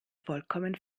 vollkommen